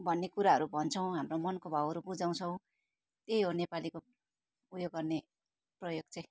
भन्ने कुराहरू भन्छौँ हाम्रो मनको भावहरू बुझाउछौँ त्यही हो नेपालीको उयो गर्ने प्रयोग चाहिँ